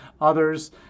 others